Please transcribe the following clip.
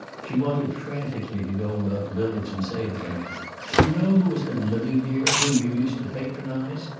she wanted frantically to go about the village and say to them do you know who has been living here, whom you used to patronize?